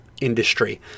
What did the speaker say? industry